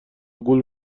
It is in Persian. گول